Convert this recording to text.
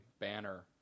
Banner